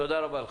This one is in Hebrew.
תודה רבה לך.